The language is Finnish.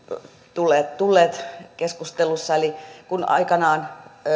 tulleet tulleet keskustelussa aikanaan